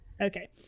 Okay